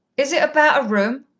is it about a room?